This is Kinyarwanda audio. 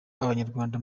abanyarwanda